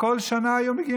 כשהיו ימי המתנה,